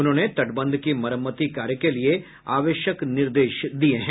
उन्होंने तटबंध के मरम्मति कार्य के लिए आवश्यक निर्देश दिये हैं